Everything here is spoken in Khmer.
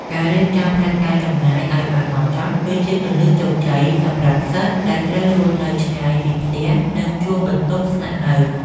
ការរៀបចំផែនការចំណាយឱ្យបានហ្មត់ចត់ គឺជាគន្លឹះជោគជ័យសម្រាប់សិស្សដែលត្រូវរស់នៅឆ្ងាយពីផ្ទះនិងជួលបន្ទប់ស្នាក់នៅ។